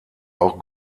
auch